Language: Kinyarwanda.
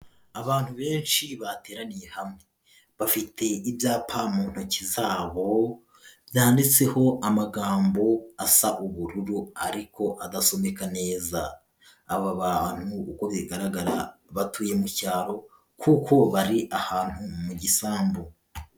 Abantu benshi bateraniye hamwe. Bafite ibyapa mu ntoki zabo byanditseho amagambo asa ubururu, ariko agasomeka neza. Aba bantu uko bigaragara batuye mu cyaro kuko bari ahantu mu gisambu.